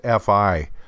FI